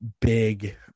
big